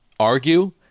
argue